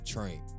Train